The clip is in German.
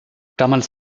damals